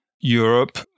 Europe